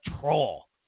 troll